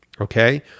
Okay